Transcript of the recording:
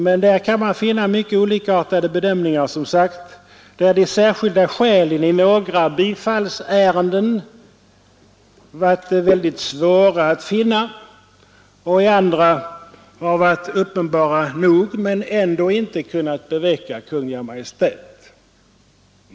Man kan som sagt finna mycket olikartade bedömningar, där de ”särskilda skälen” i några bifallsärenden varit svåra att finna och i andra ärenden varit uppenbara nog men ändå inte kunnat beveka Kungl. Maj:t.